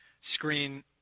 screen